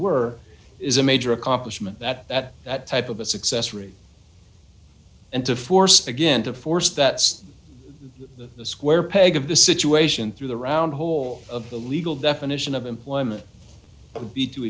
were is a major accomplishment that that that type of a success rate and to force again to force that the square peg of the situation through the round hole of the legal definition of employment of be